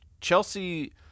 Chelsea